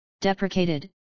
deprecated